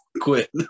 quit